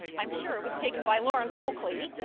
i'm sure it was taken by lawrence oakley,